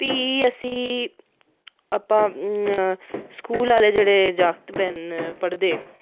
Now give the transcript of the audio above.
फ्ही स्कूल आह्ले जेह्डे़ जागत पढ़दे